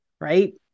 Right